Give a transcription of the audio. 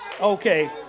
Okay